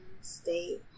stay